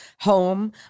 home